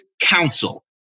Council